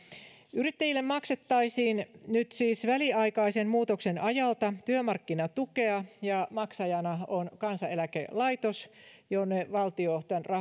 yrittäjille maksettaisiin siis väliaikaisen muutoksen ajalta työmarkkinatukea ja maksajana on kansaneläkelaitos jonne valtio tämän